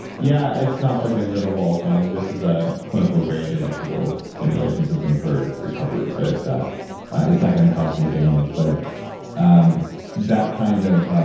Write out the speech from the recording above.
yeah. it's not plugged into the wall kind of. this is a clinical grade electrical stimulation system for recovery so it's ah it's not going to cause any damage. but um that kind of